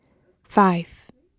five